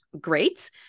great